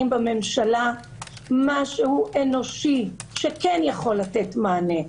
בממשלה משהו אנושי שכן יכול לתת מענה,